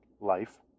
life